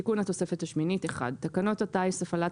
תיקון התוספת השמינית תקנות הטיס (הפעלת